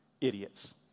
idiots